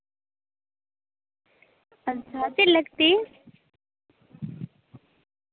ᱟᱪᱪᱷᱟ ᱪᱮᱫ ᱞᱟᱹᱠᱛᱤ